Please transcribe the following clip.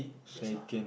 just now